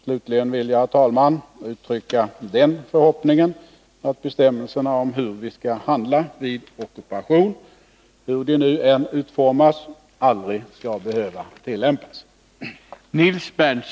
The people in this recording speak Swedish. Slutligen vill jag, herr talman, uttrycka den förhoppningen, att bestämmelserna om hur vi skall handla vid ockupation, hur de än utformas, aldrig skall behöva tillämpas.